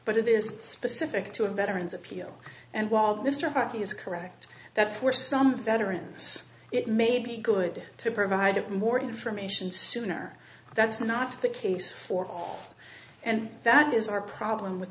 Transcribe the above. but it is specific to a veteran's appeal and while mr hockey is correct that for some veterans it may be good to provide more information sooner that's not the case for and that is our problem with